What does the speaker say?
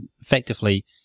effectively